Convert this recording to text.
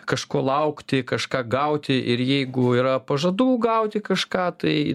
kažko laukti kažką gauti ir jeigu yra pažadų gauti kažką tai